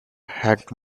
had